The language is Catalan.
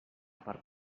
per